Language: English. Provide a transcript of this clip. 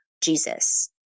Jesus